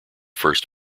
first